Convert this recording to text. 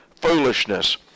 foolishness